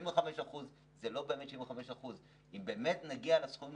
75% זה לא באמת 75%. אם באמת נגיע לסכומים